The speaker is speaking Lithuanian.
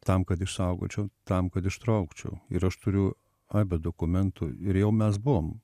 tam kad išsaugočiau tam kad ištraukčiau ir aš turiu aibę dokumentų ir jau mes buvom